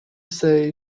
say